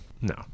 no